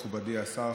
מכובדי השר,